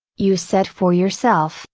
you set for yourself,